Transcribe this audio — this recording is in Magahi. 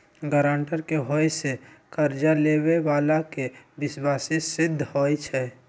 गरांटर के होय से कर्जा लेबेय बला के विश्वासी सिद्ध होई छै